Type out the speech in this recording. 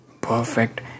perfect